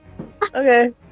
Okay